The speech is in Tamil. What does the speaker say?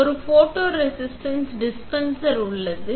ஒரு ஃபோட்டோரெசிஸ்ட் டிஸ்பென்சர் உள்ளது